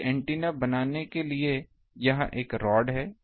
एक एंटीना बनाने के लिए यह एक रॉड है